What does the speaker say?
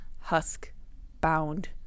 husk-bound